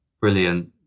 brilliant